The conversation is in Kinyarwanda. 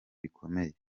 bikomeye